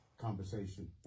conversation